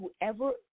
whoever